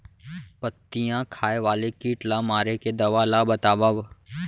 पत्तियां खाए वाले किट ला मारे के दवा ला बतावव?